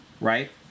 right